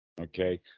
Okay